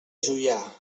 juià